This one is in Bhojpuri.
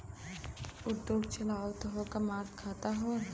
उद्योग चलावत हउवन कमात खात हउवन